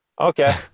Okay